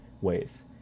ways